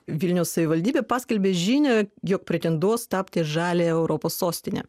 vilniaus savivaldybė paskelbė žinią jog pretenduos tapti žaliąja europos sostine